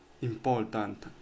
important